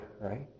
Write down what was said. right